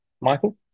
Michael